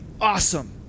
awesome